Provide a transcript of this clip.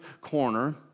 corner